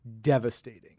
devastating